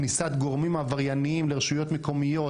כניסת גורמים עבריינים לרשויות מקומיות